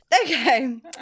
Okay